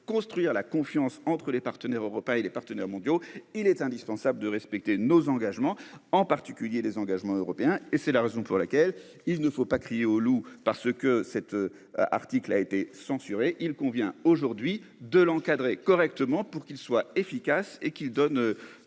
construire la confiance entre les partenaires européens et les partenaires mondiaux. Il est indispensable de respecter nos engagements en particulier les engagements européens et c'est la raison pour laquelle il ne faut pas crier au loup, parce que cet. Article a été censuré. Il convient aujourd'hui de l'encadrer correctement, pour qu'il soit efficace et qui donne